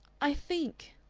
i think,